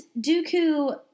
Dooku